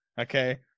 okay